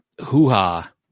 hoo-ha